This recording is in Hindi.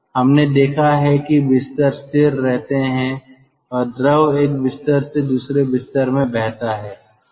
हमने देखा है कि बिस्तर स्थिर रहते हैं और द्रव एक बिस्तर से दूसरे बिस्तर में बहता है